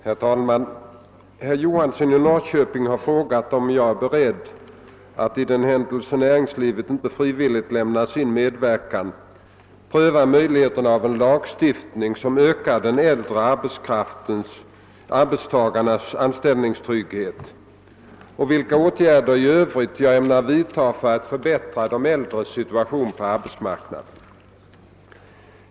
Herr talman! Herr Johansson i Norrköping har frågat om jag är beredd att — i den händelse näringslivet inte frivilligt lämnar sin medverkan — pröva möjligheterna av en lagstiftning som ökar de äldre arbetstagarnas anställningstrygghet och vilka åtgärder i övrigt jag ämnar vidta för att förbättra de äldres situation på arbetsmarknaden.